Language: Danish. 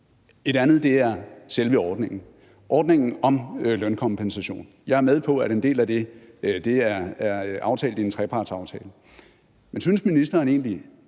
andet er selve ordningen – ordningen om lønkompensation. Jeg er med på, at en del af det er aftalt i en trepartsaftale. Men synes ministeren egentlig,